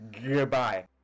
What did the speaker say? Goodbye